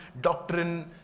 doctrine